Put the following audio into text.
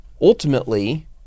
ultimately